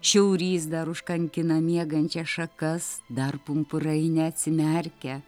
šiaurys dar užkankina miegančias šakas dar pumpurai neatsimerkia